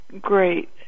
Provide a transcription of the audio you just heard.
great